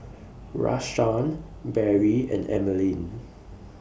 Rashaan Barrie and Emeline